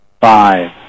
Five